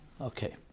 Okay